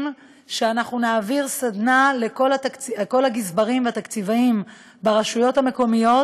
שאנחנו נעביר סדנה לכל הגזברים והתקציבאים ברשויות המקומיות,